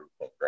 Right